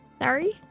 Sorry